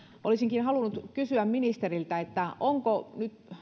olisinkin halunnut kysyä ministeriltä onko nyt sisäministeriössä